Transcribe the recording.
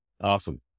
Awesome